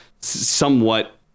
somewhat